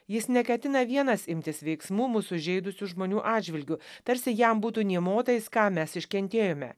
jis neketina vienas imtis veiksmų mus sužeidusių žmonių atžvilgiu tarsi jam būtų nė motais ką mes iškentėjome